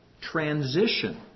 transition